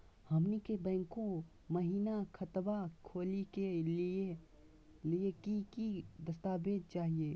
हमनी के बैंको महिना खतवा खोलही के लिए कि कि दस्तावेज चाहीयो?